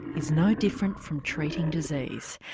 is no different from treating disease.